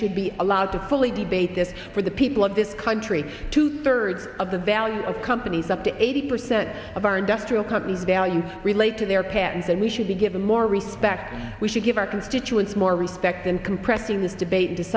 should be allowed to fully debate that for the people of this country two thirds of the value of companies up to eighty percent of our industrial companies value relate to their patents and we should be given more respect we should give our constituents more respect than compressing this debate